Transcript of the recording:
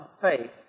faith